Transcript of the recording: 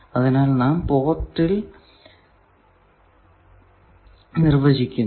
അത് നാം പോർട്ടിൽ ൽ നിർവചിക്കുന്നു